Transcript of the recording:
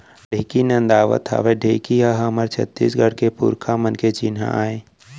ढेंकी नदावत हावय ढेंकी ह हमर छत्तीसगढ़ के पुरखा मन के चिन्हा आय